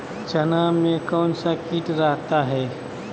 चना में कौन सा किट रहता है?